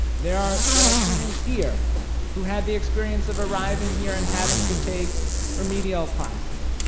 there are there are students here who had the experience of arriving here and having to take remedial classes.